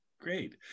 great